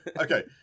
Okay